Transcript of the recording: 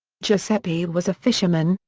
giuseppe was a fisherman,